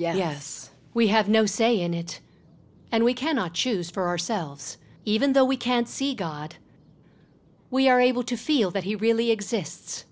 yes we have no say in it and we cannot choose for ourselves even though we can't see god we are able to feel that he really exists